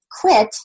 quit